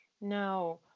No